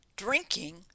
Drinking